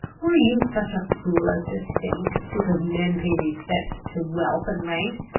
were you such a fool as to think, because men pay respect to wealth and rank,